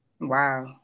Wow